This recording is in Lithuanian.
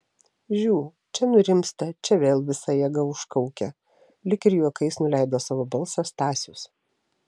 žiū čia nurimsta čia vėl visa jėga užkaukia lyg ir juokais nuleido savo balsą stasius